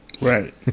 Right